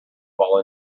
fall